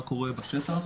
מה קורה בשטח,